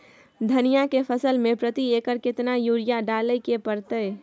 धनिया के फसल मे प्रति एकर केतना यूरिया डालय के परतय?